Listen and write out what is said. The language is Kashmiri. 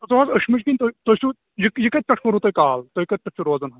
تُہۍ ما أشۍ مُج کِنۍ تُہۍ چھُو یہِ یہِ کتہِ پیٚٹھ کوٚروٕ تۄہہِ کال تُہۍ کتہِ پیٚٹھ چھُو روزان